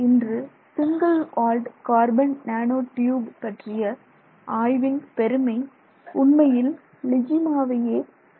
இன்று single walled carbon nano tube பற்றிய ஆய்வின் பெருமை உண்மையில் லிஜிமாவையே சேரும்